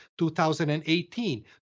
2018